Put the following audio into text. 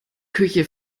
küche